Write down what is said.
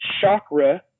chakra